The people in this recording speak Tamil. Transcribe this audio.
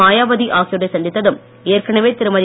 மாயாவதி ஆகியோரை சந்தித்ததும் ஏற்கனவே திருமதி